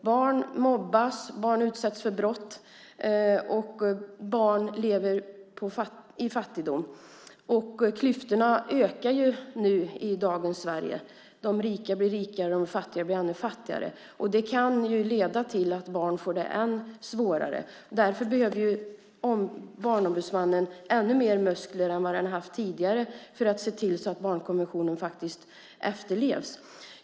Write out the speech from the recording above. Barn mobbas, barn utsätts för brott och barn lever i fattigdom. Klyftorna ökar i dagens Sverige; de rika blir rikare och de fattiga blir ännu fattigare. Det kan leda till att barn får det än svårare. Därför behöver Barnombudsmannen ännu mer muskler än vad den har haft tidigare för att se till att barnkonventionen efterlevs.